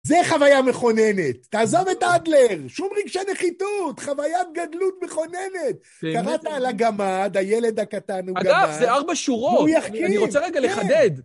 זו חוויה מכוננת, תעזוב את אדלר, שום רגשי נחיתות, חווית גדלות מכוננת. קראת על הגמד, הילד הקטן הוא גמד. אגב, זה ארבע שורות. הוא יחכים. אני רוצה רגע לחדד.